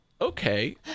okay